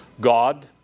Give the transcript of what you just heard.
God